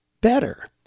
better